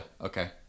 okay